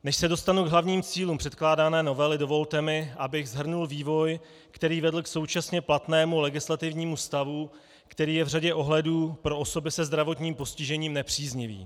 Než se dostanu k hlavním cílům předkládané novely, dovolte mi, abych shrnul vývoj, který vedl k současně platnému legislativnímu stavu, který je v řadě ohledů pro osoby se zdravotním postižením nepříznivý.